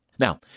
Now